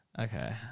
okay